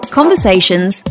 conversations